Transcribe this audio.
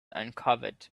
uncovered